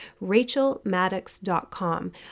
rachelmaddox.com